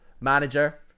Manager